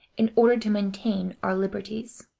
in order to maintain our liberties.